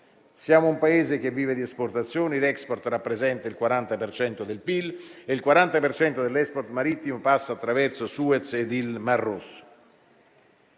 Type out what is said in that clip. Siamo un Paese che vive di esportazioni. L'*export* rappresenta il 40 per cento del PIL e il 40 per cento dell'*export* marittimo passa attraverso Suez ed il Mar Rosso.